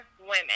women